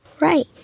Right